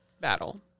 battle